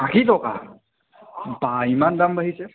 আশী টকা বা ইমান দাম বাঢ়িছে